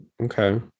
Okay